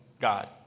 God